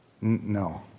no